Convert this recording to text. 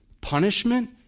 punishment